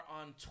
on